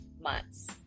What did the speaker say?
months